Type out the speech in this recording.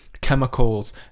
chemicals